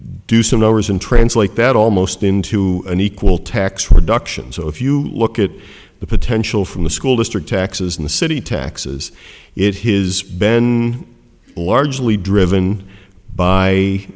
do some numbers and translate that almost into an equal tax reduction so if you look at the potential from the school district taxes in the city taxes it his been largely driven by